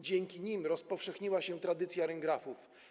Dzięki nim rozpowszechniła się tradycja ryngrafów.